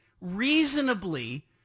reasonably